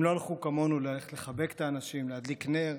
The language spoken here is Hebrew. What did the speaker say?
הם לא הלכו כמונו ללכת לחבק את האנשים, להדליק נר,